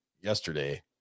yesterday